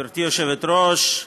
גברתי היושבת-ראש,